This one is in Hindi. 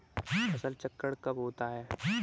फसल चक्रण कब होता है?